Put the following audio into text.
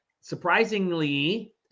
surprisingly